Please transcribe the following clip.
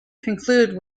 conclude